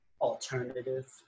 alternative